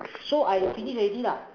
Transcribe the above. so I finish already lah